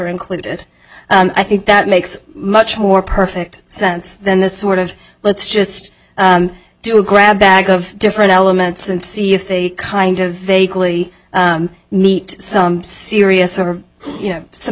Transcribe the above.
included i think that makes much more perfect sense than the sort of let's just do a grab bag of different elements and see if they kind of vaguely meet some serious or you know some